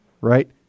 right